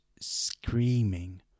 screaming